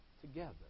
together